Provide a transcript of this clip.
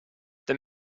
this